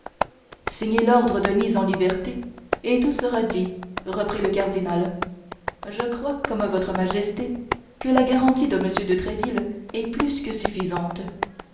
signer l'ordre de mise en liberté et tout sera dit reprit le cardinal je crois comme votre majesté que la garantie de m de tréville est plus que suffisante